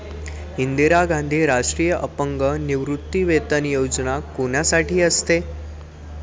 इंदिरा गांधी राष्ट्रीय अपंग निवृत्तीवेतन योजना कोणासाठी असते?